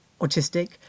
autistic